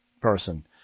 person